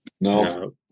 No